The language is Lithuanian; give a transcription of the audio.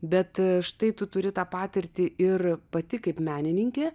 bet štai tu turi tą patirtį ir pati kaip menininkė